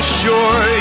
sure